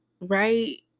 right